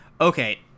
okay